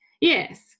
yes